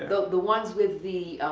the the ones with the,